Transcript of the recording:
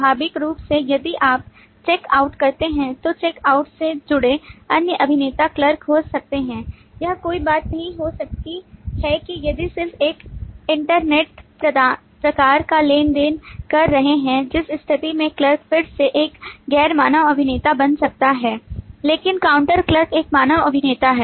स्वाभाविक रूप से यदि आप चेक आउट करते हैं तो चेक आउट से जुड़े अन्य अभिनेता क्लर्क हो सकते हैं यह कोई बात नहीं हो सकती है यदि आप सिर्फ एक इंटरनेट प्रकार का लेन देन कर रहे हैं जिस स्थिति में क्लर्क फिर से एक गैर मानव अभिनेता बन सकता है लेकिन काउंटर क्लर्क एक मानव अभिनेता है